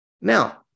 Now